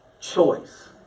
choice